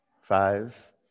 Five